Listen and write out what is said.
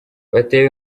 batewe